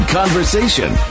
conversation